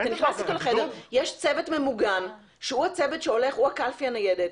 יש צוות ממוגן שהוא הקלפי הניידת.